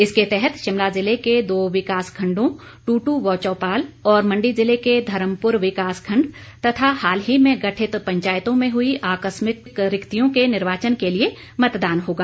इसके तहत शिमला जिले के दो विकास खण्डों ट्रूटू व चौपाल और मंडी जिले के धर्मपुर विकास खण्ड तथा हाल ही में गठित पंचायतों में हुई आकस्मिक रिक्तियों के निर्वाचन के लिए मतदान होगा